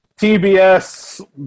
TBS